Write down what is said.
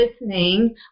listening